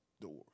Doors